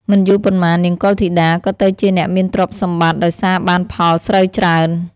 មិនយូរប៉ុន្មាន នាងកុលធីតា ក៏ទៅជាអ្នកមានទ្រព្យសម្បត្តិដោយសារបានផលស្រូវច្រើន។